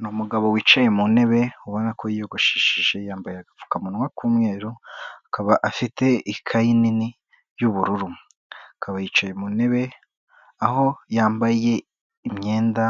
Ni umugabo wicaye mu ntebe ubona ko yigoshesheje, yambaye agapfukamunwa k'umweru, akaba afite ikaye nini y'ubururu, akaba yicaye mu ntebe, aho yambaye imyenda,